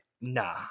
nah